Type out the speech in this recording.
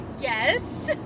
Yes